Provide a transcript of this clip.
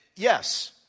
Yes